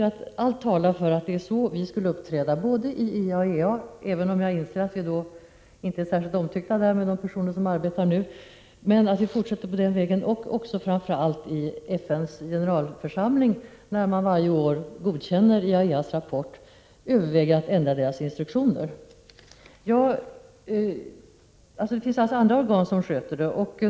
Allt talar för att vi borde uppträda så i IAEA, även om jag inser att vi då inte blir särskilt omtyckta av de personer som nu arbetar där. Framför allt bör vi i FN:s generalförsamling, där man varje år godkänner IAEA:s rapport, arbeta för att ändra organets instruktioner. Det finns andra organ som handhar sådana här frågor.